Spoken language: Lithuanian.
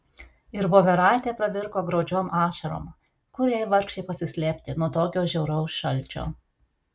ir voveraitė pravirko graudžiom ašarom kur jai vargšei pasislėpti nuo tokio žiauraus šalčio